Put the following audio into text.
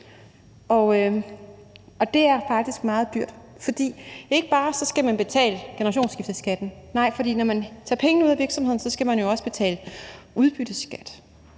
Og det er faktisk meget dyrt, for ikke bare skal man betale generationsskifteskatten, nej, for når man tager pengene ud af virksomheden, så skal man jo også betale udbytteskat,